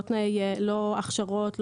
לא הכשרות,